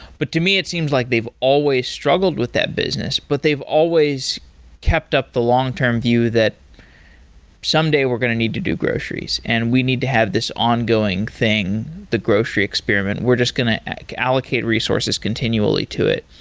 but to me, it seems like they've always struggled with that business, but they've always kept up the long-term view that someday we're going to need to do groceries and we need to have this ongoing thing that's the grocery experiment. we're just going to allocate resources continually to it